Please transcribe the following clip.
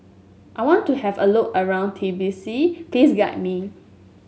I want to have a look around Tbilisi Please guide me